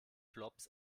flops